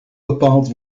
bepaald